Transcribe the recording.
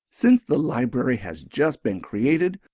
since the library has just been created,